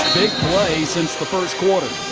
play since the first quarter.